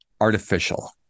artificial